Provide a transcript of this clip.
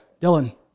Dylan